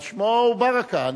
אבל שמו הוא ברכָה.